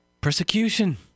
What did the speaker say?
Persecution